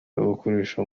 abakoresha